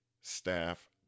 staff